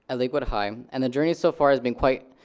and lakewood high and the journey so far has been quite,